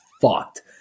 fucked